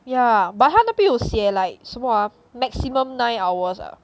yeah but 他那边有写 like 什么 ah maximum nine hours ah